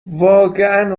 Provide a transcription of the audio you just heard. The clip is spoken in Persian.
واقعا